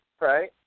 right